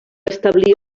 establir